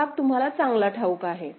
हा भाग तुम्हाला चांगला ठाऊक आहे